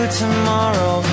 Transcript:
tomorrow